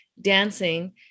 dancing